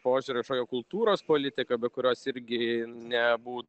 požiūrio kažkokią kultūros politiką be kurios irgi nebūtų